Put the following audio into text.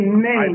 Amen